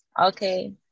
Okay